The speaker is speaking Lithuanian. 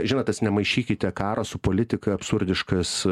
žinot tas nemaišykite karo su politika absurdiškas